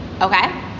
okay